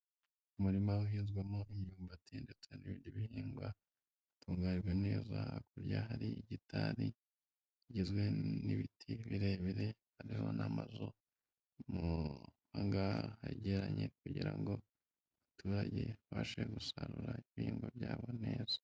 umurima uhinzwamo imyumbati ndetse n'ibindi bihingwa bitunganijwe neza, hakurya hari hegitari kigizwe n'ibiti birebire, hariho n'amazu mugageranye kugira ngo abaturage babashe gusarura ibigwa byabo neza.